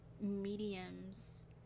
mediums